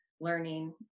learning